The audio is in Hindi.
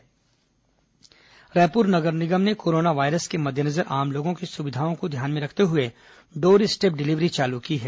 corona doorstep delivery Raipur नगर निगम ने कोरोना वायरस के मद्देनजर आम लोगों की सुविधओं को ध्यान में रखते हुए डोर स्टेप डिलीवरी चालू की है